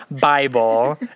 Bible